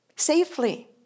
Safely